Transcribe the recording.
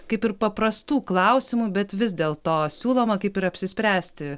kaip ir paprastų klausimų bet vis dėl to siūloma kaip ir apsispręsti